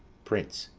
prince.